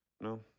No